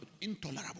intolerable